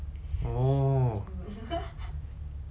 wait 那个他是不是我 !walao! 应该是我 lah